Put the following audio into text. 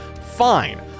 fine